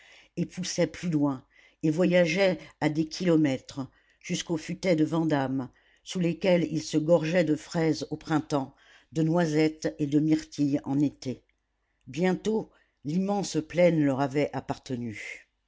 et poussaient plus loin et voyageaient à des kilomètres jusqu'aux futaies de vandame sous lesquelles ils se gorgeaient de fraises au printemps de noisettes et de myrtilles en été bientôt l'immense plaine leur avait appartenu